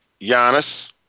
Giannis